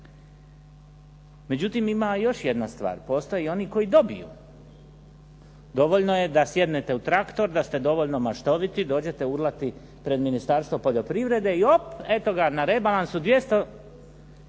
Međutim, ima još jedna stvar. Postoje i oni koji dobiju. Dovoljno je da sjednete u traktor, da ste dovoljno maštoviti, dođete urlati pred Ministarstvo poljoprivrede i op, eto ga na rebalansu 250